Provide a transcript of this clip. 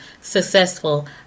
successful